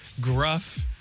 gruff